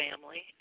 family